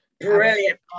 Brilliant